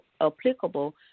applicable